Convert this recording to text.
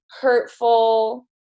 hurtful